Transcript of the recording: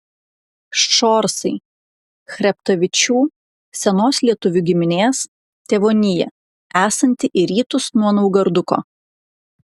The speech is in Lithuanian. ščorsai chreptavičių senos lietuvių giminės tėvonija esanti į rytus nuo naugarduko